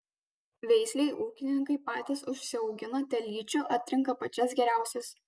veislei ūkininkai patys užsiaugina telyčių atrenka pačias geriausias